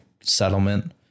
settlement